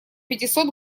пятисот